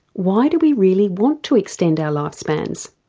why do we really want to extend our life spans?